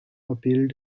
appealed